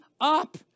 up